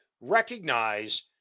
recognize